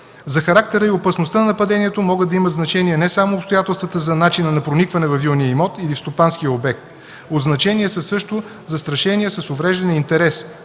За характера и опасността на нападението могат да имат значение не само обстоятелствата за начина на проникване във вилния имот или в стопанския обект. От значение са също застрашеният с увреждане интерес,